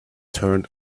turned